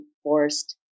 enforced